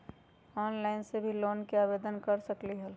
Online से भी loan के आवेदन कर सकलीहल?